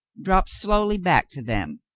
dropped slowly back to them.